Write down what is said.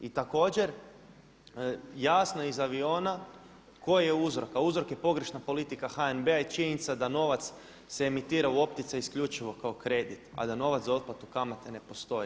I također, jasno je iz aviona koji je uzrok, a uzrok je pogrešna politika HNB-a i činjenica da novac se emitira u opticaj isključivo kao kredit, a da novac za otplatu kamate ne postoji.